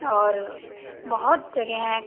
और बहुत जगहें हैं